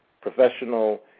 professional